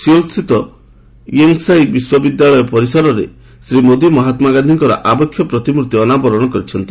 ସିଓଲସ୍ଥିତ ୟେସୋଂଇ ବିଶ୍ୱବିଦ୍ୟାଳୟ ପରିସରରେ ଶ୍ରୀ ମୋଦି ମହାତ୍ମାଗାନ୍ଧୀଙ୍କ ଆବକ୍ଷ ପ୍ରତିମୂର୍ତ୍ତି ଅନାବରଣ କରିଛନ୍ତି